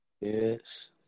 Yes